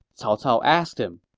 cao cao asked him,